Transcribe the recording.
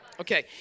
Okay